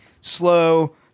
slow